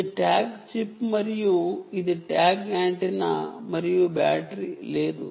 ఇది tag chip మరియు ఇది ట్యాగ్ యాంటెన్నా మరియు బ్యాటరీ లేదు